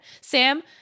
Sam